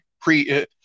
Pre